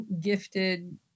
gifted